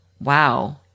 wow